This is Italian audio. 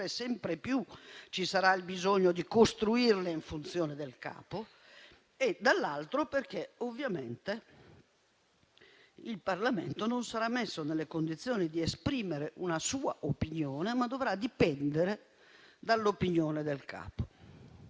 sempre più ci sarà bisogno di costruirle in funzione del capo - e perché, ovviamente, il Parlamento non sarà messo nelle condizioni di esprimere una sua opinione, ma dovrà dipendere dall'opinione del capo.